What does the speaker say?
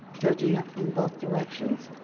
judging it from both directions.